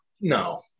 no